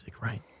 Right